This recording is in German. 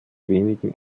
wenigen